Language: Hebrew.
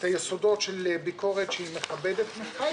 את היסודות של ביקורת שהיא מכבדת מחד